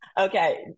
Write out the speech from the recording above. Okay